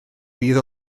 fydd